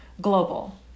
global